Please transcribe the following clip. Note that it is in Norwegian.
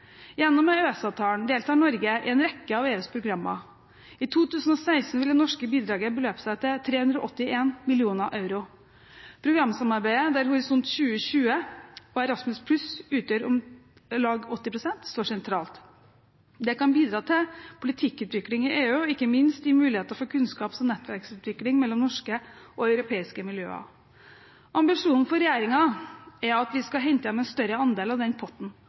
Gjennom EØS-avtalen deltar Norge i en rekke av EUs programmer. I 2016 vil det norske bidraget beløpe seg til 381 mill. euro. Programsamarbeidet der Horisont 2020 og Erasmus+ utgjør om lag 80 pst., står sentralt. Det kan bidra til politikkutvikling i EU og ikke minst gi mulighet for kunnskaps- og nettverksutvikling mellom norske og europeiske miljøer. Ambisjonen til regjeringen er at vi skal hente hjem en større andel av denne potten,